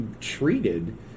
treated